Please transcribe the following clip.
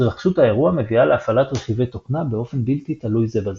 התרחשות האירוע מביאה להפעלת רכיבי תוכנה באופן בלתי תלוי זה בזה.